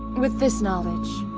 with this knowledge,